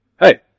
hey